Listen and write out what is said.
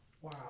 Wow